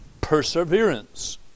perseverance